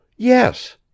Yes